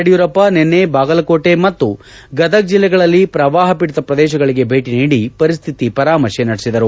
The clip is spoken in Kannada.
ಯಡಿಯೂರಪ್ಪ ನಿನ್ನ ಬಾಗಲಕೋಟೆ ಮತ್ತು ಗದಗ ಜಿಲ್ಲೆಗಳಲ್ಲಿ ಪ್ರವಾಹ ಪೀಡಿತ ಪ್ರದೇಶಗಳಿಗೆ ಭೇಟಿ ನೀಡಿ ಪರಿಸ್ಥಿತಿ ಪರಾಮರ್ಶೆ ನಡೆಸಿದರು